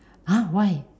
!huh! why